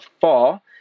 fall